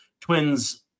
Twins